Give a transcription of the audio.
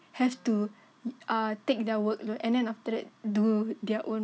have to ah take their workload and then after that do their own